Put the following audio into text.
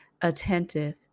attentive